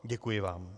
Děkuji vám.